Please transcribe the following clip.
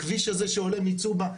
הכביש הזה שעולה מצובה,